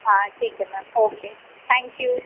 हाँ ठीक है मैम ओके थैंक यू